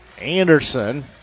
Anderson